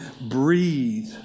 breathe